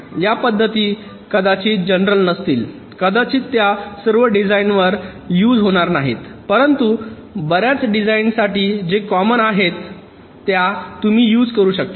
या पद्धती कदाचित जनरल नसतील कदाचित त्या सर्व डिझाईन्सवर यूज होणार नाहीत परंतु बर्याच डिझाईन्ससाठी जे कॉमन आहेत त्या तुम्ही यूज करू शकता